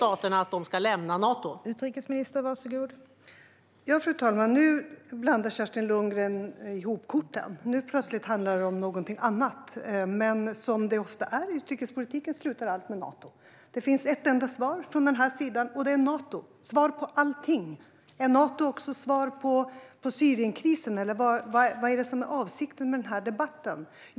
Fru talman! Nu blandar Kerstin Lundgren ihop korten - nu handlar det plötsligt om någonting annat. Men som det ofta är i utrikespolitiken slutar allt med Nato. Det finns ett enda svar från den sidan, och det är Nato. Nato är svaret på allting. Är Nato också svaret på Syrienkrisen, eller vad är avsikten med denna debatt?